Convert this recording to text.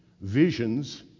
visions